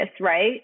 right